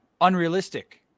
unrealistic